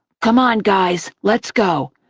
come on, guys, let's go.